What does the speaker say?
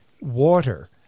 water